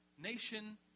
nation